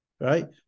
Right